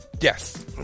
Yes